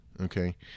okay